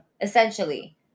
Essentially